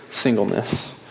singleness